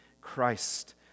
Christ